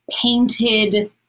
painted